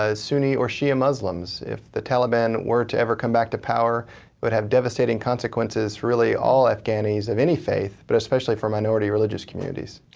ah sunni or shia muslims. if the taliban were to ever come back to power, it would have devastating consequences for really all afghanis of any faith, but especially for minority religious communities.